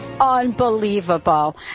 Unbelievable